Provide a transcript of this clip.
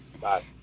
bye